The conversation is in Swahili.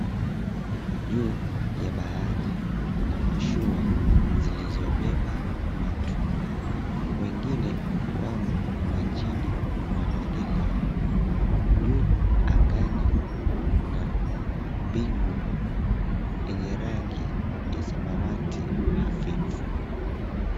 Juu ya bahari mna mashua zilizowabeba watu, wengine wamo majini wanaogelea, juu angani mna mbingu enye rangi ya samawati hafifu.